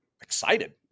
excited